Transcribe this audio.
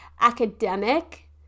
academic